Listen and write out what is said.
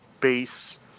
base